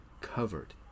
covered